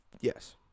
Yes